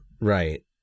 right